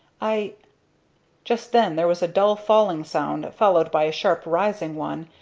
i just then there was a dull falling sound followed by a sharp rising one,